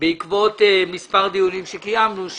בעקבות מספר דיונים שקיימנו,